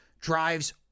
drives